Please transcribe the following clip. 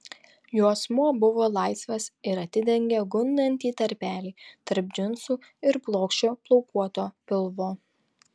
juosmuo buvo laisvas ir atidengė gundantį tarpelį tarp džinsų ir plokščio plaukuoto pilvo